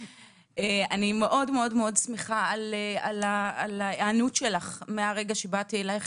אני מאוד שמחה על ההיענות שלך מהרגע שבאתי אלייך.